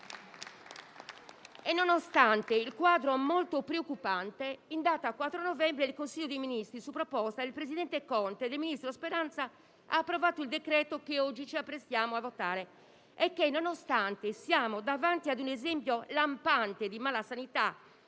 e nonostante il quadro molto preoccupante, in data 4 novembre, il Consiglio dei ministri, su proposta del presidente Conte e del ministro Speranza, ha approvato il provvedimento che oggi ci apprestiamo a votare. Nonostante ci troviamo di fronte ad un esempio lampante di malasanità,